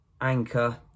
Anchor